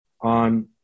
on